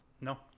No